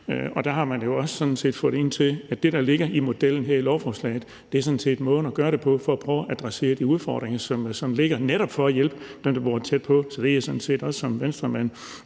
sådan set også kommet frem til, at den model, der er beskrevet her i lovforslaget, er måden at gøre det på, når man skal prøve at adressere de udfordringer, der er, netop for at hjælpe dem, der bor tæt på. Så jeg er sådan set også som Venstremand